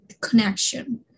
connection